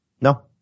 No